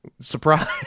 Surprise